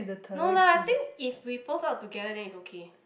no lah I think if we post up together then is okay